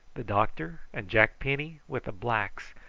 the doctor and jack penny, with the blacks,